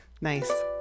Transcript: Nice